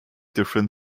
different